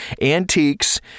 Antiques